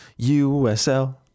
USL